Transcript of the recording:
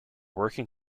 working